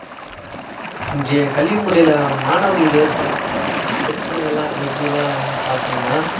இன்றைய கல்வி முறையில் மாணவர்களுக்கு ஏற்படும் பிரச்சினைகள்லாம் எப்படிலாம் பார்த்தீங்கனா